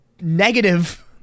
negative